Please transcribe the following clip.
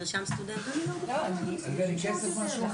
ו הפוך והוחלט קודם לסיים את עבודת הוועדה ורק אחר כך